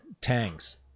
tanks